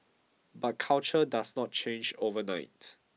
but culture does not change overnight